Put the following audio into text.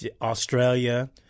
Australia